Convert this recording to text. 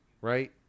right